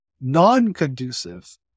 non-conducive